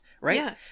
right